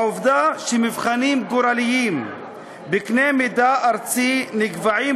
העובדה שמבחנים גורליים בקנה מידה ארצי נקבעים